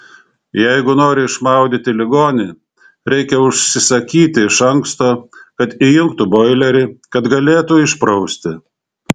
jeigu nori išmaudyti ligonį reikia užsisakyti iš anksto kad įjungtų boilerį kad galėtų išprausti